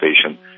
Station